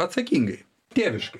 atsakingai tėviškai